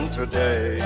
today